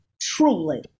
Truly